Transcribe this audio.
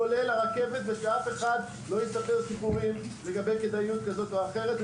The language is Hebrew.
כולל הרכב ושאף אחד לא יספר סיפורים לגבי כדאיות כזאת או אחרת,